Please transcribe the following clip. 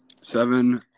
Seven